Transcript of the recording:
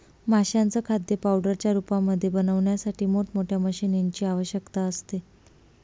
माशांचं खाद्य पावडरच्या रूपामध्ये बनवण्यासाठी मोठ मोठ्या मशीनीं ची आवश्यकता असते